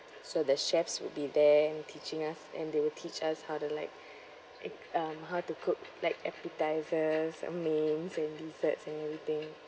so the chefs will be there and teaching us and they will teach us how to like eh um how to cook like appetisers uh mains and desserts and everything